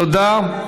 תודה.